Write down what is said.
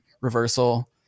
reversal